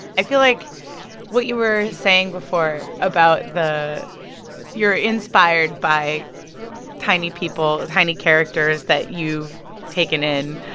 i feel like what you were saying before about the you're inspired by tiny people, tiny characters that you've taken in.